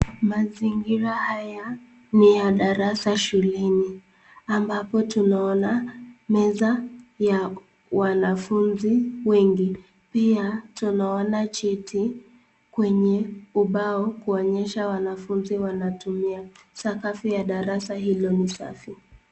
Mazingira haya ni ya darasa shuleni ambapo tunaona meza ya wanafuzi wengi. Pia tunaona cheti kwenye ubao kuonyesha wanafuzi wanatumia. Sakafu ya darasa hilo ni safi.